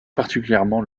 particulièrement